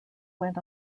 went